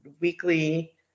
weekly